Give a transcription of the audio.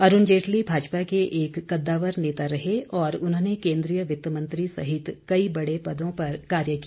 अरूण जेटली भाजपा के एक कद्दावर नेता रहे और उन्होंने केंद्रीय वित्त मंत्री सहित कई बड़े पदों पर कार्य किया